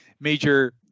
major